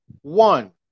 one